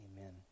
Amen